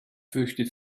fürchtet